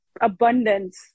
abundance